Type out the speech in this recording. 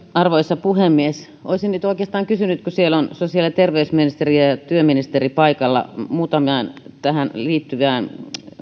arvoisa puhemies olisin nyt oikeastaan kysynyt kun siellä ovat sosiaali ja terveysministeri ja ja työministeri paikalla muutamaan tähän liittyvään